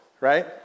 right